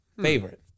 Favorite